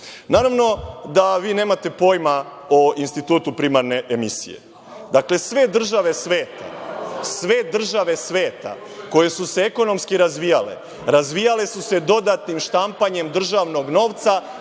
godina. Naravno, da vi nemate pojma o institutu primarne emisije. Dakle, sve države sveta koje su se ekonomski razvijale, razvijale su se dodatnim štampanjem državnog novca